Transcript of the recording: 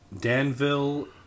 Danville